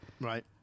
Right